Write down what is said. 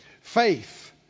faith